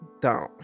down